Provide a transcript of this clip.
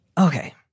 Okay